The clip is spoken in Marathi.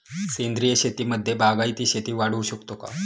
सेंद्रिय शेतीमध्ये बागायती शेती वाढवू शकतो का?